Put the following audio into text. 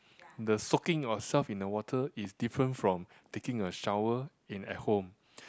the soaking yourself in the water is different from taking a shower in at home